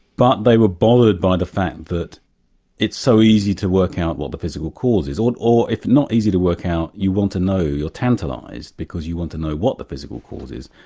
but they were bothered by the fact that it's so easy to work out what the physical cause is, or or if not easy to work out, you want to know, you're tantalised, because because you want to know what the physical cause is.